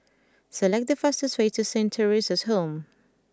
select the fastest way to Saint Theresa's Home